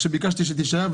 ביקשתי שתישאר,